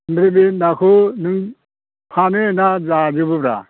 ओमफ्राय बे नाखौ नों फानो ना जाजोबो ब्रा